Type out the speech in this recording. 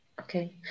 okay